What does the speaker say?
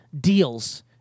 deals